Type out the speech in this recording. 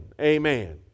Amen